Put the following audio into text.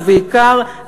ובעיקר,